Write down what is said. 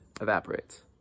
evaporates